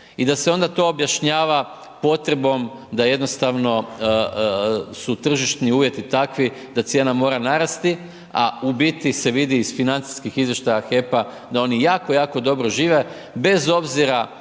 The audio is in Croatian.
I da se onda to objašnjava potrebom da jednostavno su tržišni uvjeti takvi da cijena mora narasti, a u biti se vidi iz financijskih izvještaja HEP-a da oni jako, jako dobro žive, bez obzira